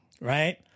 right